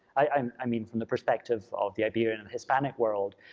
i mean from the perspective of the iberian and hispanic world,